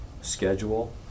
schedule